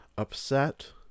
upset